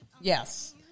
Yes